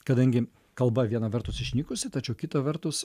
kadangi kalba viena vertus išnykusi tačiau kita vertus